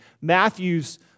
Matthew's